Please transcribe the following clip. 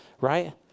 right